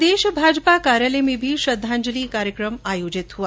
प्रदेश भाजपा कार्यालय में भी श्रद्वांजलि कार्यक्रम आयोजित हुआ